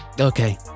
Okay